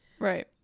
right